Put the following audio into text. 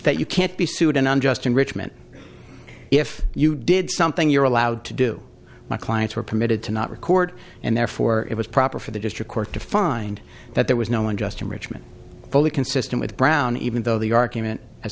that you can't be sued in unjust enrichment if you did something you're allowed to do my clients were permitted to not record and therefore it was proper for the district court to find that there was no one just enrichment fully consistent with brown even though the argument as